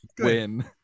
Win